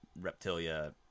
Reptilia